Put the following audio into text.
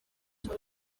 iki